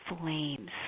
flames